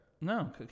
No